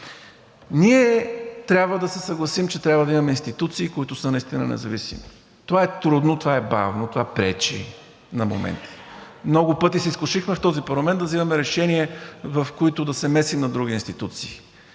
Ние трябва да се съгласим, че трябва да имаме институции, които са наистина независими. Това е трудно, това е бавно, това пречи на моменти. Много пъти се изкушихме в този парламент да вземаме решения, в които да се месим на други институции.